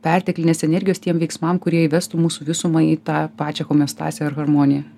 perteklinės energijos tiem veiksmam kurie įvestų mūsų visumą į tą pačią homeostazę ar harmoniją